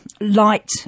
light